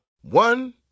One